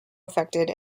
affected